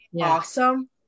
awesome